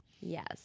Yes